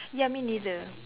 ya I mean neither